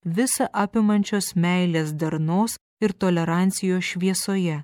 visa apimančios meilės darnos ir tolerancijos šviesoje